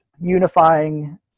unifying